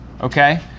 okay